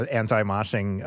anti-moshing